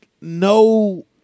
no